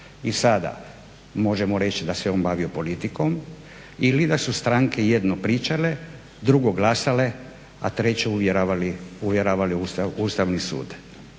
I sada možemo reći da se on bavio politikom ili da su stranke jedno pričale, drugo glasale, a treće uvjeravali Ustavni sud.